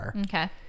Okay